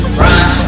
run